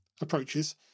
approaches